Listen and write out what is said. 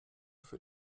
für